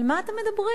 על מה אתם מדברים,